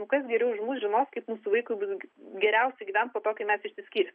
nu kas geriau už mus žinos kaip mūsų vaikui bus geriausia gyvent po to kai mes išsiskirsim